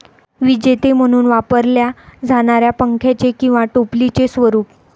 विजेते म्हणून वापरल्या जाणाऱ्या पंख्याचे किंवा टोपलीचे स्वरूप